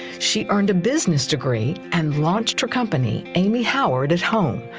she earned a business degree and launched her company, amy howard at home.